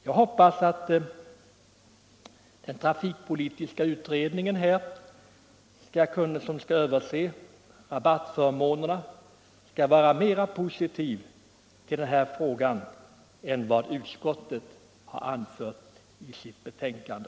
Jag hoppas att den trafikpolitiska utredningen, som skall överse rabattförmånerna, skall vara mera positiv till den här frågan än vad utskottet har varit i sitt betänkande.